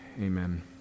Amen